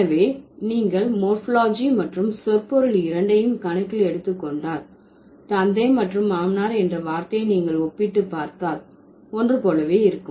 எனவே நீங்கள் மோர்பாலஜி மற்றும் சொற்பொருள் இரண்டையும் கணக்கில் எடுத்து கொண்டால் தந்தை மற்றும் மாமனார் என்ற வார்த்தையை நீங்கள் ஒப்பிட்டு பார்த்தால் ஒன்று போலவே இருக்கும்